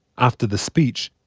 after the speech,